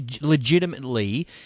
legitimately